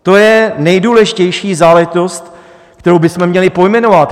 To je nejdůležitější záležitost, kterou bychom měli pojmenovat.